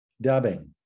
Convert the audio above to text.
dubbing